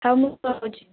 ହଁ ମୁଁ ରହୁଛି